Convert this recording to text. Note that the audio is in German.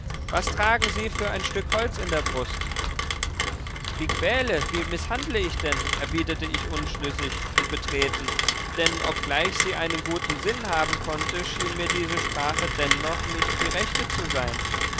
was tragen sie für ein stück holz in der brust wie quäle wie mißhandle ich denn erwiderte ich unschlüssig und betreten denn obgleich sie einen guten sinn haben konnte schien mir diese sprache dennoch nicht die rechte zu sein